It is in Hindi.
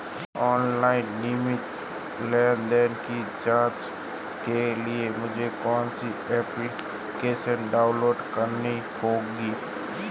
ऑनलाइन नियमित लेनदेन की जांच के लिए मुझे कौनसा एप्लिकेशन डाउनलोड करना होगा?